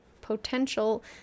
potential